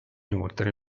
inoltre